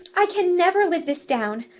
i can never live this down.